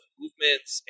movements